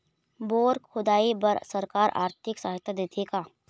Bore खोदाई बर सरकार आरथिक सहायता देथे का?